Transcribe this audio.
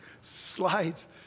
Slides